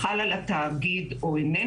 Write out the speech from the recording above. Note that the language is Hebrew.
חל על התאגיד או לא,